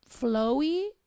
flowy